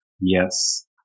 yes